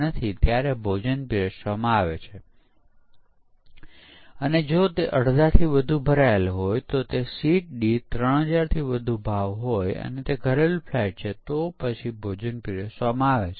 અહીં શરૂઆતમાં આવશ્યકતાઓ સ્થિર થાય છે અને તેના આધારે વિકાસ કરવામાં આવે છે અને તેથી આવશ્યકતાઓને બદલવા માટે ખૂબ જ ઓછો અવકાશ હોય છે